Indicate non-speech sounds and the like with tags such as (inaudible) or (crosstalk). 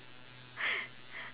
(laughs)